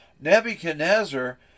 nebuchadnezzar